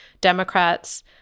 Democrats